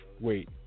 Wait